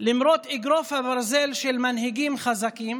למרות אגרוף הברזל של מנהיגים חזקים.